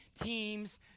teams